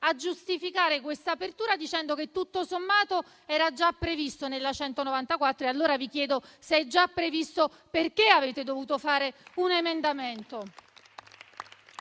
a giustificare quest'apertura dicendo che tutto sommato era già prevista nella legge n. 194. Vi chiedo, allora, se era già prevista, perché avete dovuto fare un emendamento.